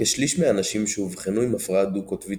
כשליש מהאנשים שאובחנו עם הפרעה דו-קוטבית